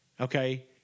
Okay